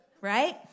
right